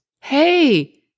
Hey